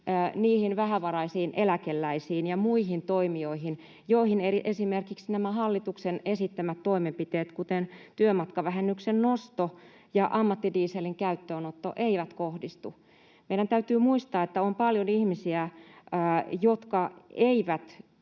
niihin vähävaraisiin eläkeläisiin ja muihin toimijoihin, joihin esimerkiksi nämä hallituksen esittämät toimenpiteet, kuten työmatkavähennyksen nosto ja ammattidieselin käyttöönotto, eivät kohdistu. Meidän täytyy muistaa, että on paljon ihmisiä, jotka eivät